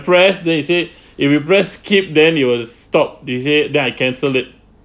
press they said if you press skip then it will stop they said then I cancelled it